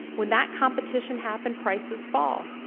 when that competition happened, prices fall.